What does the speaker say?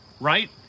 right